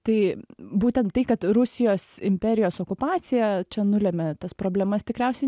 tai būtent tai kad rusijos imperijos okupacija čia nulemia tas problemas tikriausiai